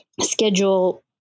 schedule